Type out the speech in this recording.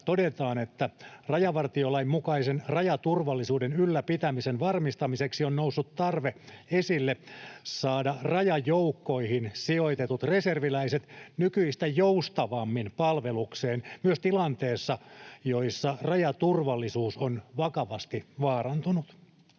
todetaan, että rajavartiolain mukaisen rajaturvallisuuden ylläpitämisen varmistamiseksi on noussut esille tarve saada rajajoukkoihin sijoitetut reserviläiset nykyistä joustavammin palvelukseen myös tilanteissa, joissa rajaturvallisuus on vakavasti vaarantunut.